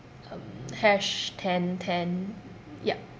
um hash ten ten yup